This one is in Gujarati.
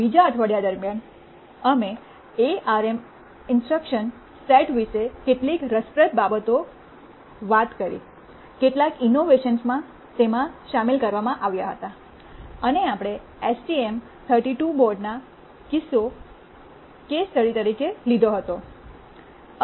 બીજા અઠવાડિયા દરમિયાન અમે એઆરએમ ઇન્સ્ટ્રકશન સેટ વિશે કેટલીક રસપ્રદ બાબતો વાત કરી કેટલાક ઈંનોવેશન્સ તેમાં શામેલ કરવામાં આવ્યા હતા અને આપણે એસટીએમ 32 બોર્ડ નેકેસ સ્ટડી તરીકે લીધું હતું